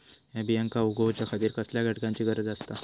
हया बियांक उगौच्या खातिर कसल्या घटकांची गरज आसता?